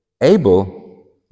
Abel